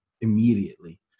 immediately